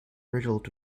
riddled